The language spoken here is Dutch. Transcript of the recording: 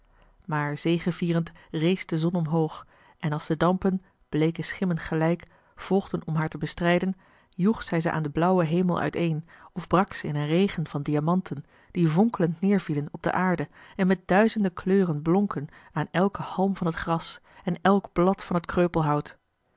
maar zegevierend rees de zon omhoog en als de dampen bleeke schimmen gelijk volgden om haar te bestrijden joeg zij ze aan den blauwen hemel uiteen of brak ze in een regen van diamanten die vonkelend neervielen op de aarde en met duizende kleuren blonken aan elken halm van het gras en elk blad van het